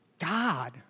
God